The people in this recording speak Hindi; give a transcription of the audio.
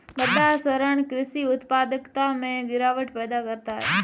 मृदा क्षरण कृषि उत्पादकता में गिरावट पैदा करता है